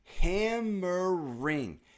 Hammering